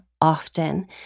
often